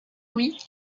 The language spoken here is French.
louis